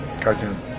cartoon